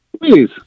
Please